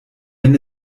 wenn